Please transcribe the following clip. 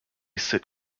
sit